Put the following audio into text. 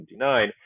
1979